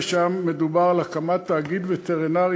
ושם מדובר על הקמת תאגיד וטרינרי.